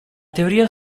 teoria